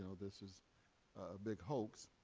ah this is a big hoax.